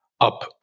Up